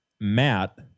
Matt